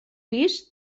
pis